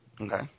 Okay